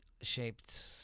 shaped